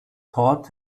taught